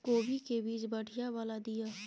कोबी के बीज बढ़ीया वाला दिय?